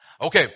Okay